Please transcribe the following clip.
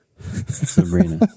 Sabrina